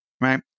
right